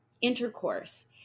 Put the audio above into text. intercourse